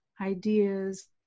ideas